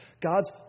God's